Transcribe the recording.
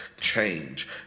change